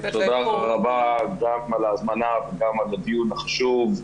תודה רבה על ההזמנה וגם על הדיון החשוב.